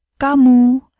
kamu